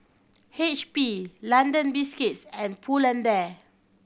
H P London Biscuits and Pull and Bear